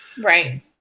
right